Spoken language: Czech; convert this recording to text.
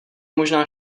možná